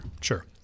Sure